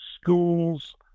schools